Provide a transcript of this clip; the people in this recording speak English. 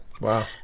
Wow